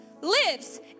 lives